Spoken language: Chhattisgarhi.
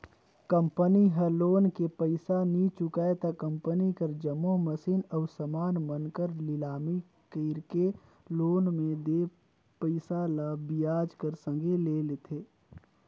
कंपनी ह लोन के पइसा नी चुकाय त कंपनी कर जम्मो मसीन अउ समान मन कर लिलामी कइरके लोन में देय पइसा ल बियाज कर संघे लेथे